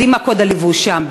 יודעים מה קוד הלבוש שם.